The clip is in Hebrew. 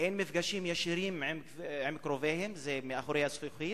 אין מפגשים ישירים עם קרוביהם, אלא מאחורי זכוכית,